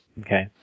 Okay